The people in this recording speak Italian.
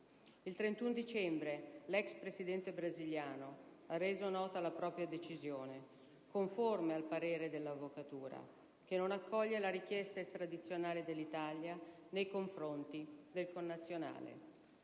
il 31 dicembre l'ex Presidente della Repubblica brasiliana ha reso nota la propria decisione - conforme al parere dell'Avvocatura - che non accoglie la richiesta di estradizione dell'Italia nei confronti del connazionale;